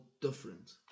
different